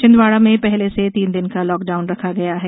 छिंदवाड़ा में पहले से तीन दिन का लॉकडाउन रखा गया है